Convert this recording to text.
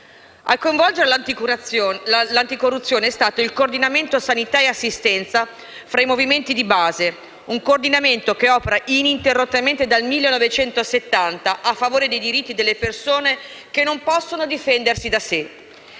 A coinvolgere tale organismo è stato il Coordinamento sanità e assistenza (CSA) fra i movimenti di base, che opera ininterrottamente dal 1970 a favore dei diritti delle persone che non possono difendersi da sé.